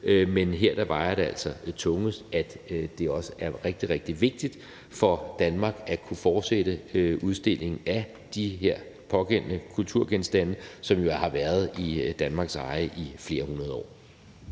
men her vejer det altså tungest, at det også er rigtig, rigtig vigtigt for Danmark at kunne fortsætte udstillingen af de her pågældende kulturgenstande, som jo har været i Danmarks eje i flere hundrede år.